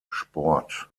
sport